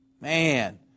Man